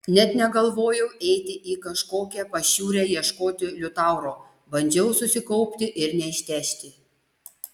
net negalvojau eiti į kažkokią pašiūrę ieškoti liutauro bandžiau susikaupti ir neištežti